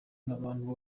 n’abantu